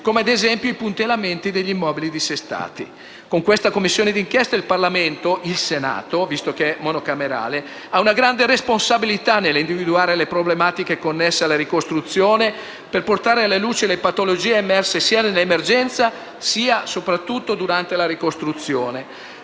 come, ad esempio, i puntellamenti degli immobili dissestati. Con questa Commissione d'inchiesta il Parlamento, il Senato - essendo la Commissione monocamerale - ha una grande responsabilità nell'individuare le problematiche connesse alla ricostruzione e per portare alla luce le patologie emerse sia nell'emergenza sia, soprattutto, durante la ricostruzione.